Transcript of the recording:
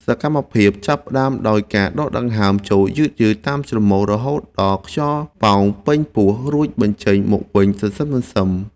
សកម្មភាពចាប់ផ្ដើមដោយការដកដង្ហើមចូលយឺតៗតាមច្រមុះ រហូតដល់ខ្យល់ប៉ោងពេញពោះ រួចបញ្ចេញមកវិញសន្សឹមៗ។